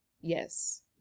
yes